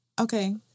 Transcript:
okay